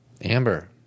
Amber